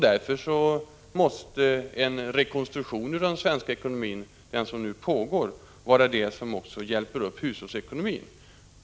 Därför måste den rekonstruktion av den svenska ekonomin som nu pågår vara det som också hjälper upp hushållsekonomin.